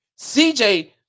CJ